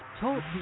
Talk